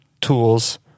tools